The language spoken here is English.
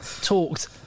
talked